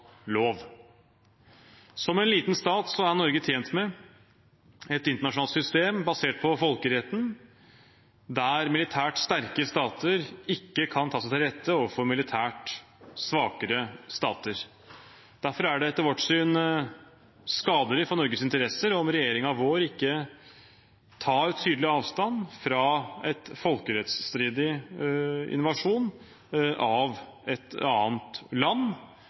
lov. Som en liten stat er Norge tjent med et internasjonalt system basert på folkeretten, der militært sterke stater ikke kan ta seg til rette overfor militært svakere stater. Derfor er det etter vårt syn skadelig for Norges interesser om regjeringen vår ikke tar tydelig avstand fra en folkerettsstridig invasjon av et annet land.